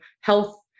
health